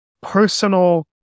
personal